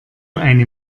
eine